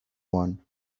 one